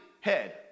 head